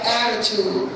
attitude